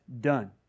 done